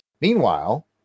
Meanwhile